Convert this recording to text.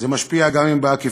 זה משפיע, גם אם בעקיפין,